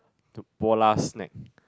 Polar snack